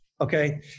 okay